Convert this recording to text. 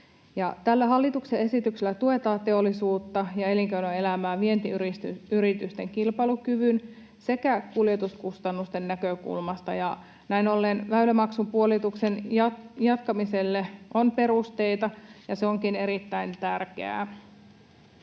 hallituksen esityksellä tuetaan teollisuutta ja elinkeinoelämää vientiyritysten kilpailukyvyn sekä kuljetuskustannusten näkökulmasta. Näin ollen väylämaksun puolituksen jatkamiselle on perusteita, ja se onkin erittäin tärkeää.